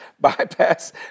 bypass